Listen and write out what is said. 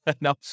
No